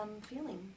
feeling